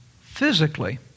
physically